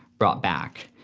brought back.